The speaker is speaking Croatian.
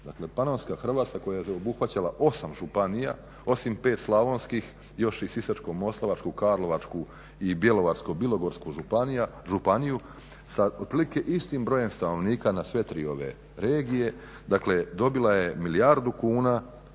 Dakle Panonska Hrvatska koja je obuhvaćala osam županija osim pet slavonskih još i Sisačko-moslavačku, Karlovačku i Bjelovarsko-bilogorsku županiju sa otprilike istim brojem stanovnika na sve tri ove regije, dakle dobila je milijardu kuna